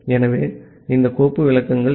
ஆகவே இந்த கோப்பு விளக்கங்கள் எஃப்